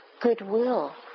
goodwill